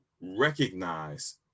recognize